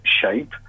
shape